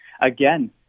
again